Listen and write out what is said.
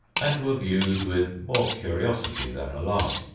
and were viewed with more curiosity than alarm.